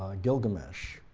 ah gilgamesh.